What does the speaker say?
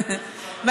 קוצני.